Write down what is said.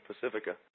Pacifica